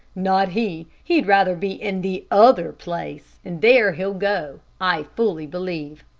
not he he'd rather be in the other place, and there he'll go, i fully believe.